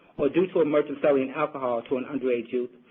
or due to a merchant selling alcohol to an under aged youth,